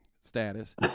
status